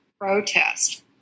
protest